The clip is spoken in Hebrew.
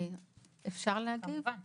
אני